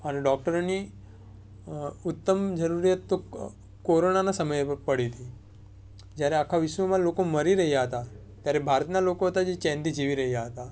અને ડૉકટરોની ઉત્તમ જરૂરિયાત તો કોરોનાના સમય ઉપર પડી હતી જ્યારે આખા વિશ્વમાં લોકો મરી રહ્યા હતાં ત્યારે ભારતનાં લોકો હતાં જે ચેનથી જીવી રહ્યા હતા